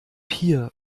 hier